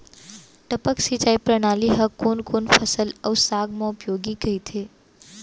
टपक सिंचाई प्रणाली ह कोन कोन फसल अऊ साग म उपयोगी कहिथे?